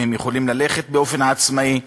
אם הם יכולים ללכת באופן עצמאי.